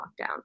lockdown